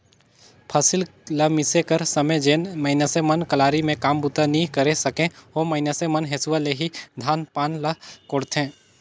फसिल ल मिसे कर समे जेन मइनसे मन कलारी मे काम बूता नी करे सके, ओ मइनसे मन हेसुवा ले ही धान पान ल कोड़थे